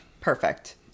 Perfect